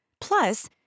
Plus